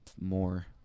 more